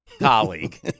Colleague